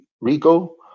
Rico